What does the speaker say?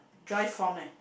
dry form leh